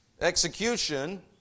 execution